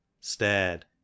stared